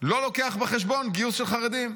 לא לוקח בחשבון גיוס של חרדים.